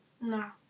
No